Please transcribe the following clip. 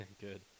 Good